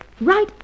right